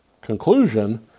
conclusion